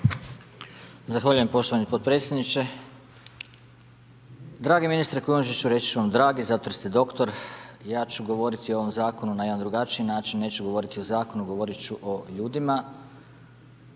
Zahvaljujem poštovani potpredsjedniče. Dragi ministre Kujundžiću, reći ću vam dragi zato jer ste doktor. Ja ću govoriti o ovom Zakonu na jedan drugačiji način, neću govoriti o Zakonu, govoriti ću o ljudima